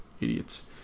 Idiots